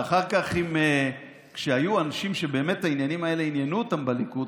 ואחר כך כשהיו אנשים שבאמת העניינים האלה עניינו אותם בליכוד,